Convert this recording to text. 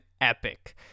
epic